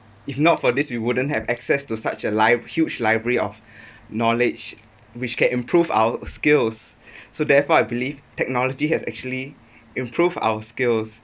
if not for this we wouldn't have access to such a li~ huge library of knowledge which can improve our skills so therefore I believe technology has actually improve our skills